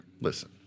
Listen